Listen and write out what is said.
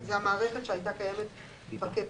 זו המערכת שהייתה קיימת --- קודם.